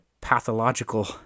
pathological